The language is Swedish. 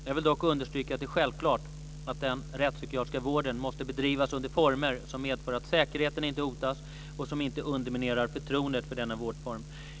Jag vill dock understryka att det är självklart att den rättspsykiatriska vården måste bedrivas under former som medför att säkerheten inte hotas och som inte underminerar förtroendet för denna vårdform.